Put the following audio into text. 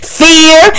fear